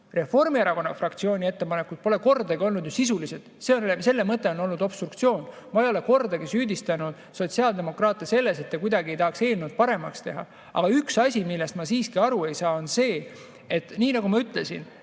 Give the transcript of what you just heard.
Reformierakonna fraktsiooni ettepanekud pole olnud sisulised, nende mõte on olnud obstruktsioon. Ma ei ole kordagi süüdistanud sotsiaaldemokraate selles, et te kuidagi ei tahaks eelnõu paremaks teha. Aga üks asi, millest ma aru ei saa, on see, et nii nagu ma ütlesin,